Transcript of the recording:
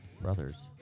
Brothers